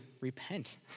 repent